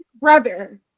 brother